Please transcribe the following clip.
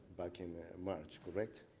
back in march, correct?